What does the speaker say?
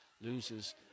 loses